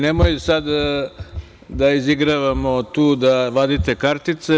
Nemojte sada da izigravamo tu, da vadite kartice.